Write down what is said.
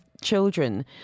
children